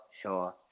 sure